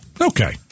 Okay